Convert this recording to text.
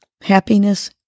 Happiness